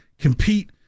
Compete